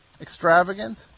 extravagant